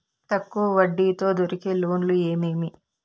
తక్కువ వడ్డీ తో దొరికే లోన్లు ఏమేమీ?